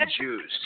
juice